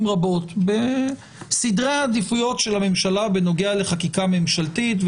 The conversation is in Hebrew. רבות בסדרי העדיפויות של הממשלה בנוגע לחקיקה ממשלתית,